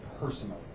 personally